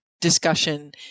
discussion